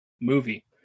movie